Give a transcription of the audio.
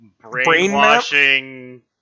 brainwashing